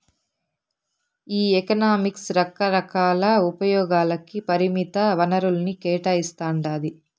ఈ ఎకనామిక్స్ రకరకాల ఉపయోగాలకి పరిమిత వనరుల్ని కేటాయిస్తాండాది